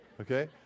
okay